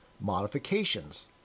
modifications